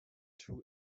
two